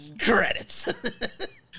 credits